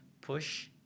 push